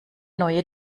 neue